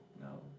No